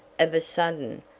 of a sudden,